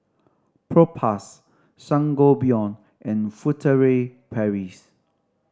Propass Sangobion and Furtere Paris